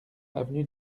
avenue